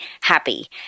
happy